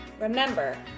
Remember